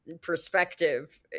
perspective